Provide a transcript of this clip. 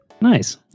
Nice